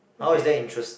okay